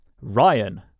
Ryan